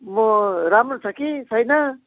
म राम्रो छ कि छैन